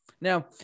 Now